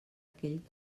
aquell